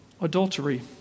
adultery